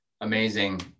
Amazing